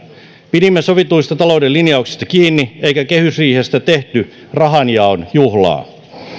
pidimme sovituista talouden linjauksista kiinni eikä kehysriihestä tehty rahanjaon juhlaa